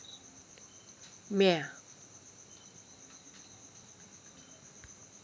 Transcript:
म्या